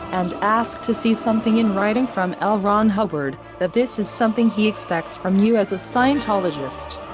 and ask to see something in writing from l. ron hubbard, that this is something he expects from you as a scientologist.